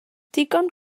digon